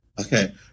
Okay